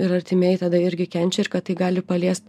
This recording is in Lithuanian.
ir artimieji tada irgi kenčia ir kad tai gali paliest